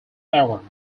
award